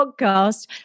podcast